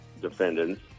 defendants